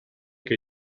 che